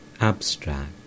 abstract